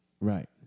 Right